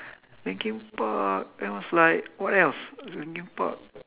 linkin park that was like what else linkin park